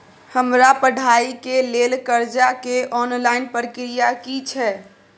हमरा पढ़ाई के लेल कर्जा के ऑनलाइन प्रक्रिया की छै?